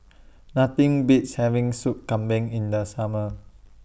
Nothing Beats having Sup Kambing in The Summer